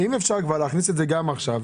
אם אפשר להכניס את זה כבר עכשיו,